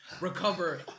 recover